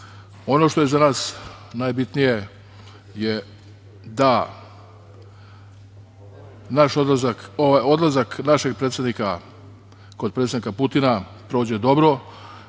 što je za nas najbitnije je da odlazak našeg predsednika kod predsednika Putina prođe dobro,